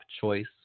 choice